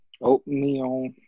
oatmeal